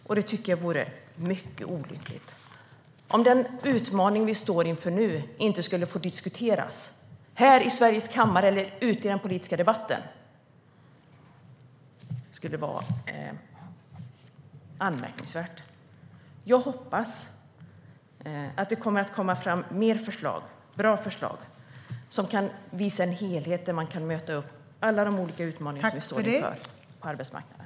Jag tycker att det vore mycket olyckligt om den utmaning vi nu står inför inte skulle få diskuteras här i riksdagens kammare eller ute i den politiska debatten i Sverige. Det skulle vara anmärkningsvärt. Jag hoppas att det kan komma fram fler och bra förslag som kan visa en helhet och möta alla de utmaningar vi står inför på arbetsmarknaden.